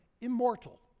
immortal